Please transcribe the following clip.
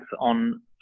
on